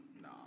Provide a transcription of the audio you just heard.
Nah